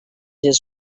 his